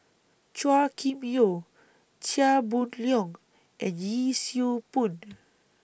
Chua Kim Yeow Chia Boon Leong and Yee Siew Pun